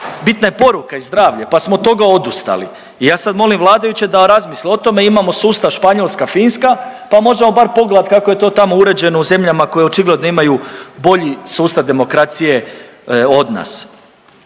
bitna je poruka i zdravlje pa smo od toga odustali i ja sad molim vladajuće da razmisle o tome, imamo sustav Španjolska, Finska pa možemo bar pogledati kako je to tamo uređeno u zemljama koje očigledno imaju bolji sustav demokracije od na.